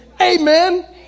Amen